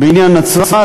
בעניין נצרת,